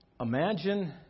imagine